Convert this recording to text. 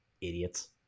Idiots